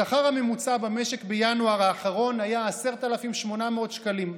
השכר הממוצע במשק בינואר האחרון היה 10,800 שקלים.